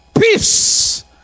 peace